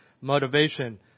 motivation